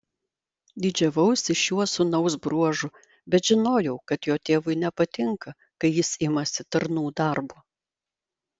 didžiavausi šiuo sūnaus bruožu bet žinojau kad jo tėvui nepatinka kai jis imasi tarnų darbo